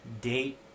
date